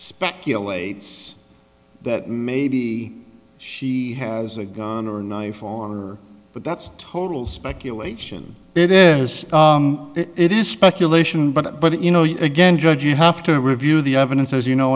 speculates that maybe she has a gun or knife or but that's total speculation it is it is speculation but but you know you again judge you have to review the evidence as you know